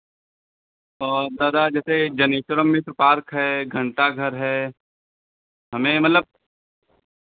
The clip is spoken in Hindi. तो दादा जैसे जनेश्वरम मिश्र पार्क है घंटाघर है हमें मतलब